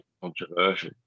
controversial